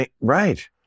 right